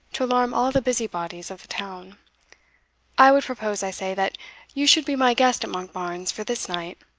to alarm all the busybodies of the town i would propose, i say, that you should be my guest at monkbarns for this night.